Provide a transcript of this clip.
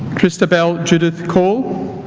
christabel judith cole